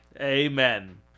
Amen